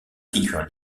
figures